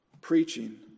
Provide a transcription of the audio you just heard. Preaching